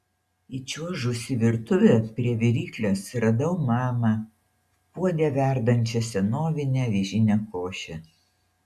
įčiuožusi į virtuvę prie viryklės radau mamą puode verdančią senovinę avižinę košę